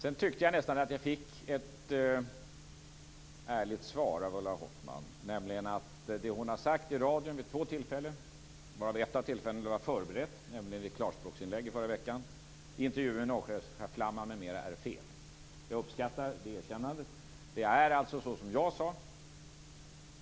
Jag tyckte nästan att jag fick ett ärligt svar av Ulla Hoffmann, nämligen att det hon har sagt i radion vid två tillfällen - varav ett, nämligen ett Klarspråksinlägg i förra veckan, var förberett - och i intervju med Norrskensflamman m.m. är fel. Jag uppskattar det erkännandet. Det är alltså som jag sade.